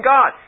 God